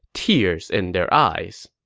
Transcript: tears in their eyes